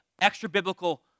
extra-biblical